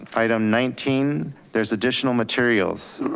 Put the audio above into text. ah item nineteen, there's additional materials.